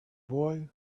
boy